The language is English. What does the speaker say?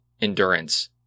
endurance